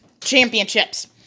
championships